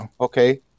Okay